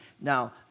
Now